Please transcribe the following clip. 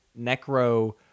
necro